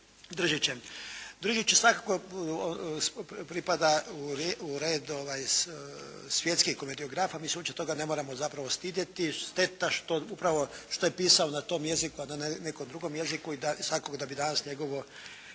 Držić je svakako pripada u red svjetskih komediografa. Mi se opće toga ne moramo zapravo stidjeti. Šteta što upravo što je pisao na tom jeziku, a da ne na nekom drugom jeziku i svakako da bi danas njegovo